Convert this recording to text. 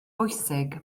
bwysig